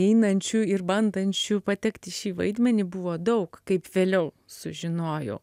einančių ir bandančių patekt į šį vaidmenį buvo daug kaip vėliau sužinojau